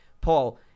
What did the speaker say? Paul